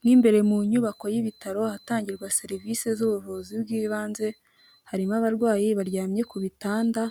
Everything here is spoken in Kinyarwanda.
Mo imbere mu nyubako y'ibitaro ahatangirwa serivisi z'ubuvuzi bw'ibanze, harimo abarwayi baryamye ku bitanda,